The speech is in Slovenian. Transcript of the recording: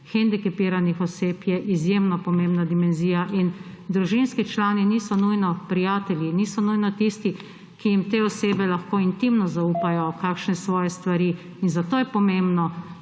hendikepiranih oseb je izjemno pomembna dimenzija in družinski člani niso nujno prijatelji, niso nujno tisti, ki jim te osebe lahko intimno kakšne svoje stvari. Zato je pomembno,